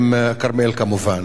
עם כרמיאל, כמובן.